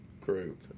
group